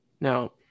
Now